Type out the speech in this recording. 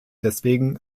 deswegen